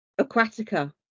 aquatica